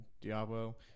Diablo